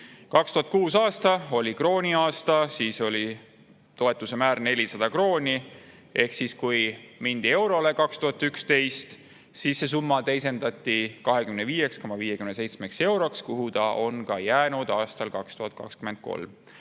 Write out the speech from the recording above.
2006. aasta oli krooniaasta, siis oli toetuse määr 400 krooni. Kui 2011 mindi eurole üle, siis see summa teisendati 25,57 euroks, kuhu ta on jäänud ka aastal 2023.